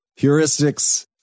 heuristics